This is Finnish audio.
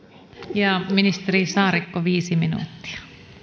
ministeri saarikko viisi minuuttia